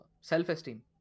self-esteem